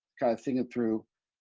kind of thinking it through,